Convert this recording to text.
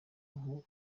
ngo